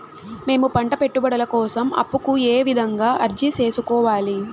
మేము పంట పెట్టుబడుల కోసం అప్పు కు ఏ విధంగా అర్జీ సేసుకోవాలి?